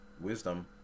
wisdom